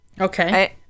Okay